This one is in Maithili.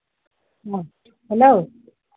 हँ हलो